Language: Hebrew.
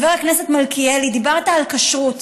חבר הכנסת מלכיאלי, דיברת על כשרות,